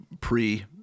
pre